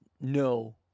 no